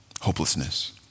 Hopelessness